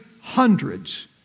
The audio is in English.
hundreds